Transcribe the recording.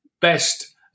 best